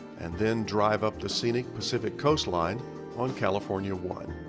and then drive up the scenic pacific coastline on california one.